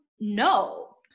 no